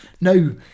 no